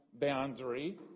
boundary